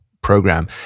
program